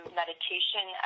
meditation